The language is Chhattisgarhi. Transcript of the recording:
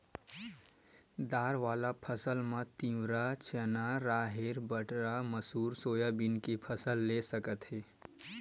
दार वाला फसल म तिंवरा, चना, राहेर, बटरा, मसूर, सोयाबीन के फसल ले सकत हे